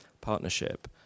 partnership